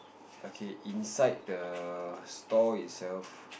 okay inside the store itself